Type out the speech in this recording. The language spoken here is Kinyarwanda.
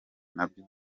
nabyo